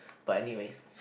but anyways